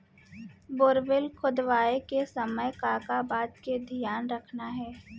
Borewell खोदवाए के समय का का बात के धियान रखना हे?